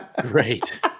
great